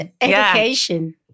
Education